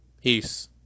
peace